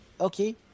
Okay